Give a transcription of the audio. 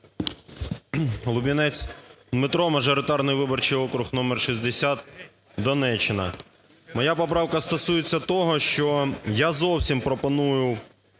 Дмитро, мажоритарний виборчий округ № 60, Донеччина. Моя поправка стосується того, що я зовсім пропоную